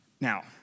Now